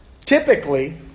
Typically